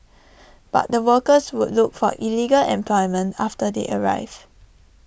but the workers would look for illegal employment after they arrive